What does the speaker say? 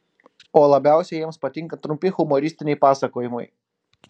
o labiausiai jiems patinka trumpi humoristiniai pasakojimai